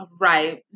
right